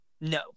No